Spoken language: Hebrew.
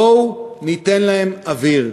בואו ניתן להם אוויר.